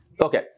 Okay